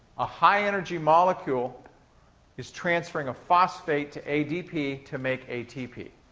a high energy molecule is transferring a phosphate to adp to make atp.